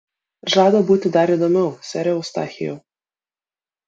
žada būti dar įdomiau sere eustachijau